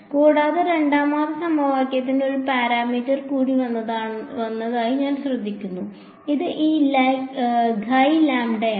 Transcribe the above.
കൂടാതെ രണ്ടാമത്തെ സമവാക്യത്തിന് ഒരു പാരാമീറ്റർ കൂടി വന്നതായി ഞാൻ ശ്രദ്ധിക്കുന്നു അത് ഈ ഗൈ ലാംഡയാണ്